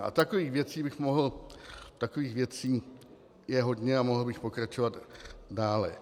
A takových věcí bych mohl takových věcí je hodně a mohl bych pokračovat dále.